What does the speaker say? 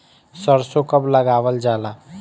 सरसो कब लगावल जाला?